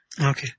Okay